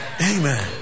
Amen